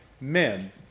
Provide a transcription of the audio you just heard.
men